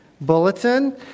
bulletin